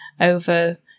over